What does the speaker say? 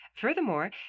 Furthermore